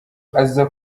aza